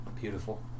Beautiful